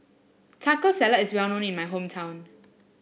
Taco Salad is well known in my hometown